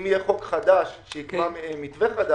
אם יהיה חוק חדש שיקבע מתווה חדש